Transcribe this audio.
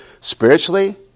Spiritually